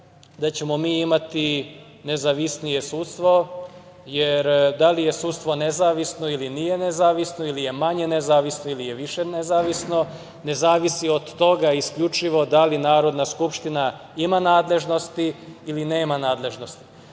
da ćemo mi imati nezavisnije sudstvo, jer da li je sudstvo nezavisno ili nije nezavisno, ili je manje nezavisno, ili je više nezavisno ne zavisi od toga isključivo da li Narodna skupština ima nadležnosti ili nema nadležnosti. Kao